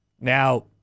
Now